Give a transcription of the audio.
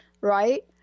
right